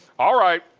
all right.